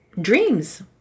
dreams